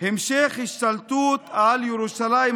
של הכנסת או ועדה אחרת שתוסמך לכך,